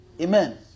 Amen